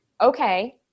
Okay